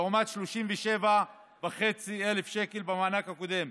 לעומת 37,500 שקלים במענק הקודם,